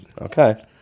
Okay